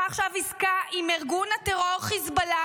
עכשיו עסקה עם ארגון הטרור חיזבאללה,